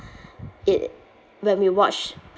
it when we watch